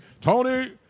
Tony